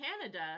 Canada